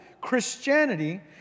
Christianity